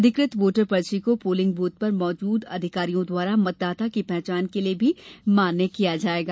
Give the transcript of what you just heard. अधिकृत वोटर पर्ची को पोलिंग ब्रथ पर मौजूद अधिकारियों द्वारा मतदाता की पहचान के लिए भी मान्य किया जाएगा